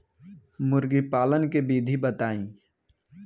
मुर्गी पालन के विधि बताई?